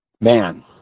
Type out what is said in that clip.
man